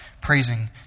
praising